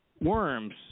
worms